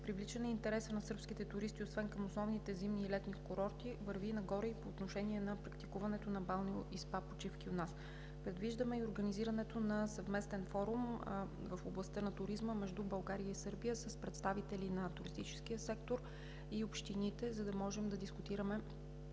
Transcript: привличане интереса на сръбските туристи освен към основните зимни и летни курорти, върви нагоре и по отношение на практикуването на балнео- и спа почивки у нас. Предвиждаме и организирането на съвместен форум в областта на туризма между България и Сърбия с представители на туристическия сектор и общините, за да можем да дискутираме